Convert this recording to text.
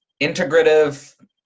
integrative